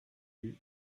eue